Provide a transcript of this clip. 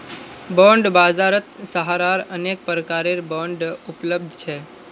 bond बाजारत सहारार अनेक प्रकारेर बांड उपलब्ध छ